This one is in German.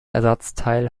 ersatzteil